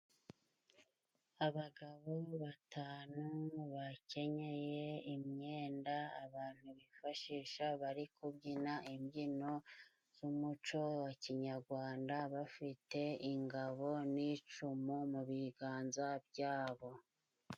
Abagabo batanu bakenyeye imyenda, abantu bifashisha bari kubyina imbyino z'umuco wa kinyarwanda, bafite ingabo n'icyuma mu biganza byabo.